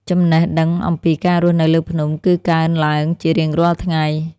ចំណេះដឹងអំពីការរស់នៅលើភ្នំ គឺកើនឡើងជារៀងរាល់ថ្ងៃ។